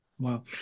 Wow